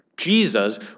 Jesus